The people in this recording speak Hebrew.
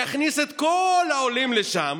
יכניס את כל העולים לשם,